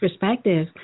perspective